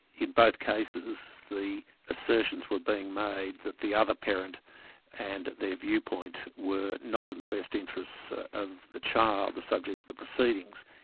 in both cases, the assertions were being made that the other parent and their viewpoint, were not in the best interests of the child, the subject of the proceedings.